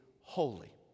holy